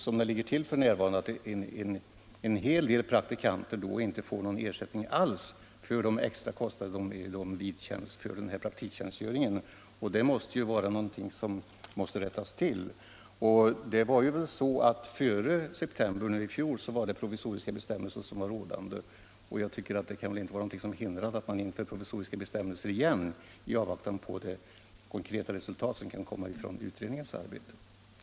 Som det ligger till f.n. är det en hel del praktikanter som inte erhåller mågon ersättning alls för de extra kostnader de får vidkännas för den här praktiktjänstgöringen, och det är något som måste rättas till. Före september i fjol gällde provisoriska bestämmelser. Det kan väl inte finnas något hinder för att införa provisoriska bestämmelser igen i avvaktan på de konkreta resultat som utredningens arbete kan leda till.